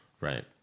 Right